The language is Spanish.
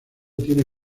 tiene